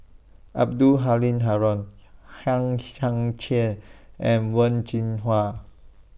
Abdul Halim Haron Hang Chang Chieh and Wen Jinhua